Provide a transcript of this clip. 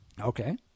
Okay